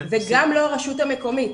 גם לא הרשות המקומית.